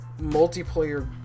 multiplayer